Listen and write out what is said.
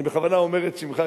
אני בכוונה אומר את שמך,